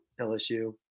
LSU